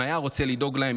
אם היה רוצה לדאוג להם,